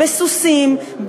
בסוסים,